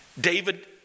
David